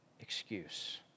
excuse